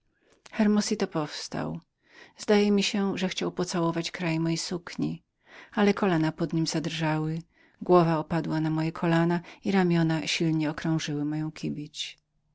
twarzy hermosito powstał zdaje mi się że chciał pocałować kraj mojej sukni ale kolana pod nim zadrżały głowa opadła na moje nogi i ramiona silnie okrążyły moją kibić